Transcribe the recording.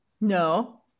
No